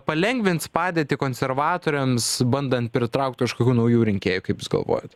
palengvins padėtį konservatoriams bandant pritraukt kažkokių naujų rinkėjų kaip jūs galvojat